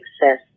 success